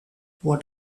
what